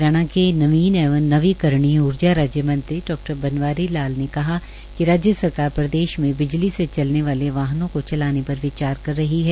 हरियाणा के नवीन एवं नवीकणीय ऊर्जा राज्यमंत्री डा बनवारी लाल ने कहा कि राज्य सरकार प्रदेश में बिजली से चलने वालो वाहनों को भी चलाने पर विचार कर रही है